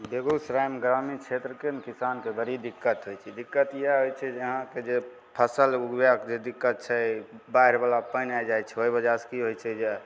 बेगूसरायमे ग्रामीण क्षेत्रके ने किसानके बड़ी दिक्कत होइ छै दिक्कत इएह होइ छै जे अहाँके जे फसिल उगबैके जे दिक्कत छै बाढ़िवला पानि आ जाइ छै ओहि वजहसे कि होइ छै जे